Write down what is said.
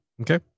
okay